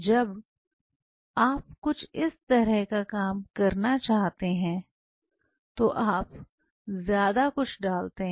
जब आप कुछ इस तरह का काम करना चाहते हैं तो आप ज्यादा कुछ डालते हैं